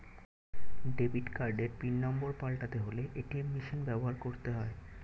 debit কার্ডের PIN number পাল্টাতে হলে এ.টি.এম মেশিন ব্যবহার করতে হয়